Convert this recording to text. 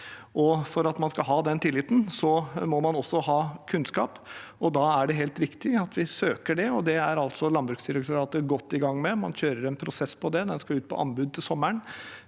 For at man skal ha den tilliten, må man også ha kunnskap, og da er det helt riktig at vi søker det. Det er Landbruksdirektoratet godt i gang med, man kjører en prosess på det. Dette skal ut på anbud til sommeren,